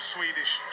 Swedish